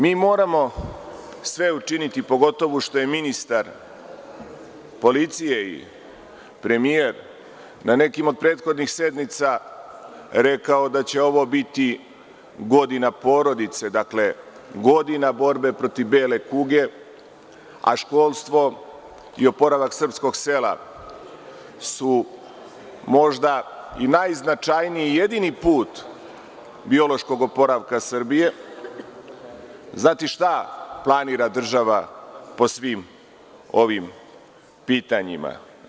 Moramo sve učiniti, pogotovo što je ministar policije i premijer na nekim od prethodnih sednica rekao da će ovo biti godina porodice, godina borbe protiv bele kuge, a školstvo i oporavak srpskog sela su možda i najznačajniji i jedini put biološkog oporavka Srbije, znati šta planira država po svim ovim pitanjima.